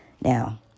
Now